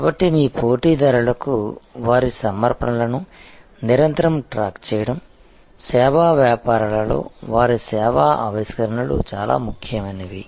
కాబట్టి మీ పోటీదారులకు వారి సమర్పణలను నిరంతరం ట్రాక్ చేయడం సేవా వ్యాపారాలలో వారి సేవా ఆవిష్కరణలు చాలా ముఖ్యమైనవి